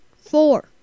four